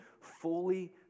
fully